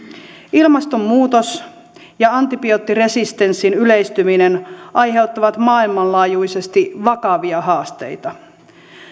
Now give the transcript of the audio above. ilmastonmuutos ja antibioottiresistenssin yleistyminen aiheuttavat maailmanlaajuisesti vakavia haasteita